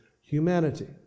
humanity